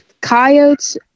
coyotes